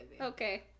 Okay